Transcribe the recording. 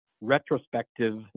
retrospective